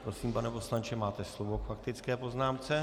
Prosím, pane poslanče, máte slovo k faktické poznámce.